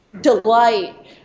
delight